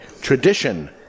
tradition